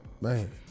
Man